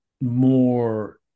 more